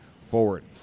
forward